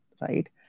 right